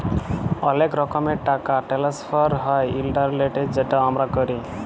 অলেক রকমের টাকা টেনেসফার হ্যয় ইলটারলেটে যেট আমরা ক্যরি